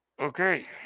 okay